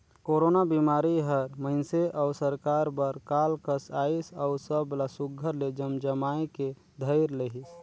corona बिमारी हर मइनसे अउ सरकार बर काल कस अइस अउ सब ला सुग्घर ले जमजमाए के धइर लेहिस